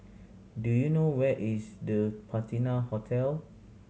do you know where is The Patina Hotel